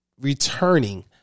returning